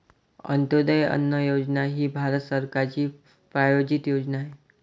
अंत्योदय अन्न योजना ही भारत सरकारची प्रायोजित योजना आहे